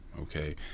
okay